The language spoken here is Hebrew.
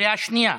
בקריאה שנייה.